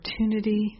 opportunity